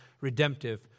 redemptive